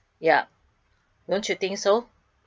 yup don't you think so